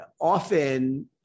Often